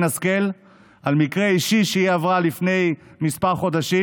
השכל על מקרה אישי שהיא עברה לפני כמה חודשים,